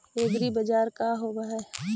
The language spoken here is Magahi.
एग्रीबाजार का होव हइ?